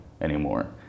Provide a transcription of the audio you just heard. anymore